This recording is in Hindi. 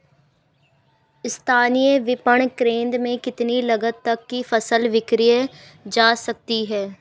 स्थानीय विपणन केंद्र में कितनी लागत तक कि फसल विक्रय जा सकती है?